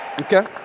Okay